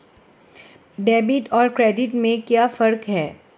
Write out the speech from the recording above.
Debit और credit में क्या फर्क है?